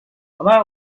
about